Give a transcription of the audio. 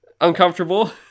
uncomfortable